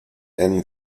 and